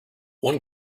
one